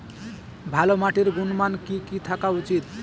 ভালো মাটির গুণমান কি কি থাকা উচিৎ?